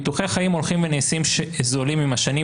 ביטוחי חיים הולכים ונעשים זולים עם השנים,